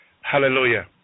Hallelujah